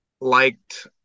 liked